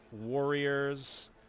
Warriors